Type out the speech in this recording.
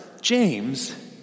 James